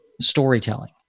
storytelling